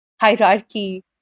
hierarchy